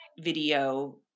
video